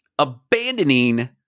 Abandoning